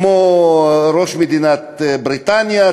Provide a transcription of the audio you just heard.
כמו ראש ממשלת בריטניה,